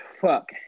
fuck